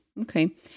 Okay